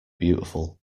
beautiful